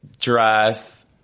dress